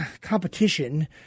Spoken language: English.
competition